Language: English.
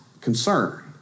concern